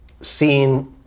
seen